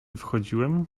wchodziłem